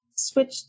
Switch